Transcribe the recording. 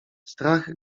strach